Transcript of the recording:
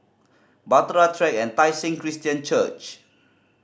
Bahtera Track and Tai Seng Christian Church